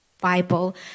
Bible